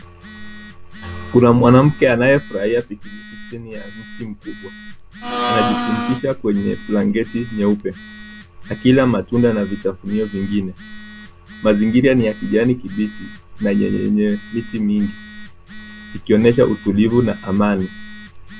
Kuna mwanamke anayefurahia pikiniki chini ya mti mkubwa. Anajipumzisha kwenye blanketi nyeupe akila matunda na vitafunio vingine. Mazingira ni ya kijani kibichi na yenye miti mingi ikionyesha utulivu na amani.